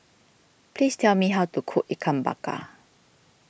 please tell me how to cook Ikan Bakar